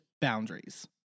boundaries